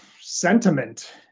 sentiment